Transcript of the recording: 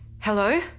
Hello